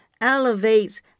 elevates